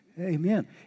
Amen